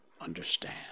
Understand